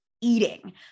eating